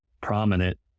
prominent